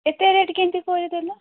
ଏତେ ରେଟ୍ କେମିତି କରିଦେଲ